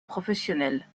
professionnel